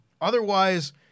otherwise